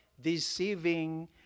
deceiving